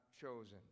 chosen